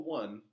one